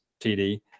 TD